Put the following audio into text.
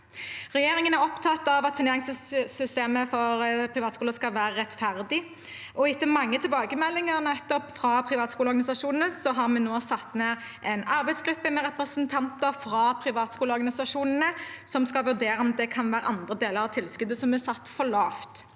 Regjeringen er opptatt av at finansieringssystemet for privatskoler skal være rettferdig, og etter mange tilbakemeldinger fra nettopp privatskoleorganisasjonene har vi nå satt ned en arbeidsgruppe med representanter fra privatskoleorganisasjonene. De skal vurdere om det kan være andre deler av tilskuddet som er satt for lavt.